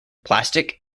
plastic